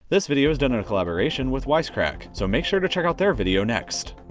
this video is done in a collaboration with wisecrack, so make sure to check out their video next.